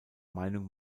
meinung